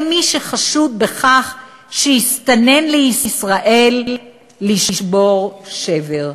מי שחשוד בכך שהסתנן לישראל לשבור שבר.